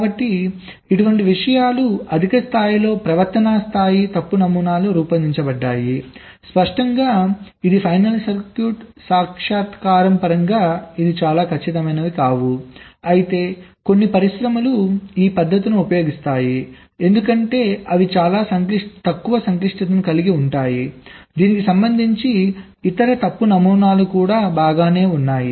కాబట్టి ఇటువంటి విషయాలు అధిక స్థాయిలో ప్రవర్తనా స్థాయి తప్పు నమూనాలో రూపొందించబడ్డాయి స్పష్టంగా ఇవి ఫైనల్ సర్క్యూట్ సాక్షాత్కారం పరంగా చాలా ఖచ్చితమైనవి కావు అయితే కొన్ని పరిశ్రమలు ఈ పద్ధతులను ఉపయోగిస్తాయి ఎందుకంటే అవి చాలా తక్కువ సంక్లిష్టతను కలిగి ఉంటాయి దీనికి సంబంధించి ఇతర తప్పు నమూనాలు కూడా బాగానే ఉన్నాయి